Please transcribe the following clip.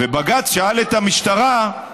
בג"ץ שאל את המשטרה: